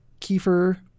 kefir